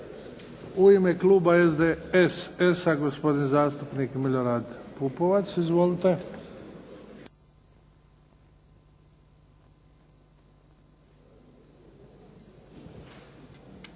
U ime kluba SDSS-a, gospodin zastupnik Milorad Pupovac. Izvolite.